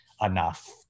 enough